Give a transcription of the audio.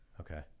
Okay